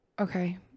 okay